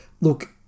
Look